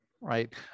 Right